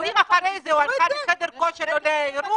אם אחרי זה הוא הלך לחדר כושר או לאירוע,